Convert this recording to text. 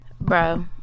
bro